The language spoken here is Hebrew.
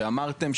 שאמרתם,